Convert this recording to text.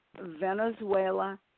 Venezuela